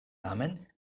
tamen